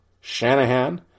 Shanahan